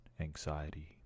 anxiety